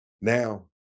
Now